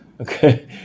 Okay